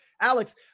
Alex